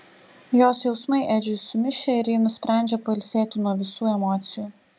jos jausmai edžiui sumišę ir ji nusprendžia pailsėti nuo visų emocijų